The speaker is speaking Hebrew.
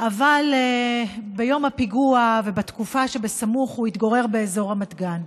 אבל ביום הפיגוע ובתקופה שבסמוך הוא התגורר באזור רמת גן.